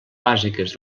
bàsiques